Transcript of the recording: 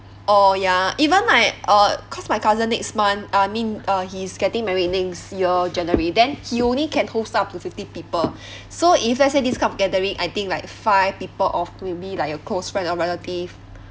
orh ya even my uh cause my cousin next month I mean uh he's getting married next year january then he only can host up to fifty people so if let's say this kind of gathering I think like five people of maybe like a close friend or relative